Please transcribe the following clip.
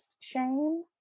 shame